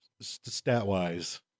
stat-wise